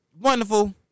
wonderful